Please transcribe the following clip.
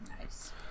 Nice